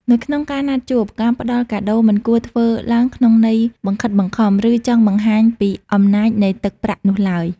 នៅក្នុងការណាត់ជួប ការផ្ដល់កាដូមិនគួរធ្វើឡើងក្នុងន័យបង្ខិតបង្ខំ ឬចង់បង្ហាញពីអំណាចនៃទឹកប្រាក់នោះឡើយ។